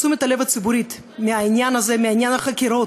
את תשומת הלב הציבורית מעניין החקירות,